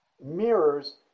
mirrors